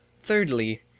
Thirdly